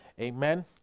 Amen